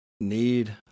need